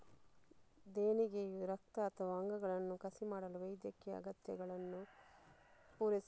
ದೇಣಿಗೆಯು ರಕ್ತ ಅಥವಾ ಅಂಗಗಳನ್ನು ಕಸಿ ಮಾಡಲು ವೈದ್ಯಕೀಯ ಅಗತ್ಯಗಳನ್ನು ಪೂರೈಸಬಹುದು